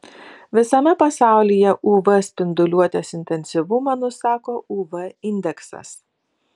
visame pasaulyje uv spinduliuotės intensyvumą nusako uv indeksas